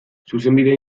zuzenbide